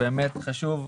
באמת חשוב.